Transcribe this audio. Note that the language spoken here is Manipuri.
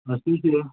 ꯉꯁꯤꯁꯦ